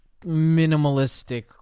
minimalistic